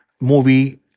movie